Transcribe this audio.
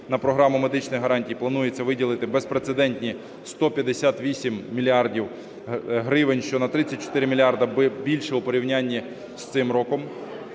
На Програму медичних гарантій планується виділити безпрецедентні 158 мільярдів гривень, що на 34 мільярди більше, у порівнянні з цим роком.